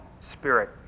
spirit